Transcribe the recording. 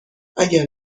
اگر